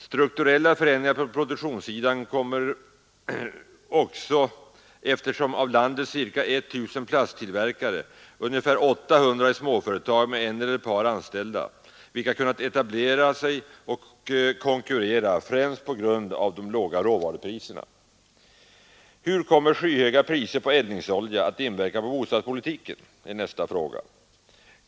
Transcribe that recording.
Strukturella förändringar på produktionssidan kommer också, eftersom av landets ca 1 000 plasttillverkare ungefär 800 är småföretag med en eller ett par anställda, vilka kunnat etablera sig och konkurrera främst på grund av de låga råvarupriserna. Hur kommer skyhöga priser på eldningsolja att inverka på bostadspolitiken?